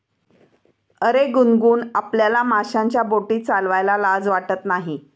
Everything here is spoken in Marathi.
अरे गुनगुन, आपल्याला माशांच्या बोटी चालवायला लाज वाटत नाही